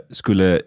skulle